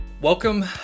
welcome